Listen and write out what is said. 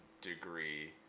degree